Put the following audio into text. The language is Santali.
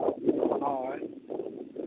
ᱦᱳᱭ